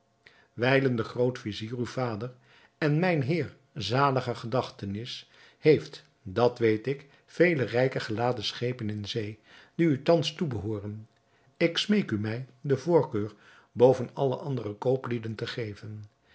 wijlen de groot-vizier uw vader en mijn heer zaliger gedachtenis heeft dat weet ik vele rijk geladen schepen in zee die u thans toebehooren ik smeek u mij de voorkeur boven alle andere kooplieden te geven